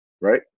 Right